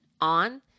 on